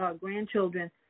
grandchildren